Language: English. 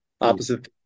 opposite